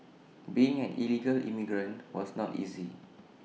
being an illegal immigrant was not easy